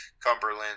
Cumberland